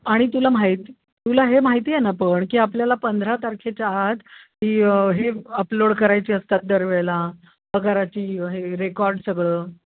आणि तुला माहीत तुला हे माहिती आहे ना पण की आपल्याला पंधरा तारखेच्या आत ती हे अपलोड करायची असतात दरवेळेला पगाराची हे रेकॉर्ड सगळं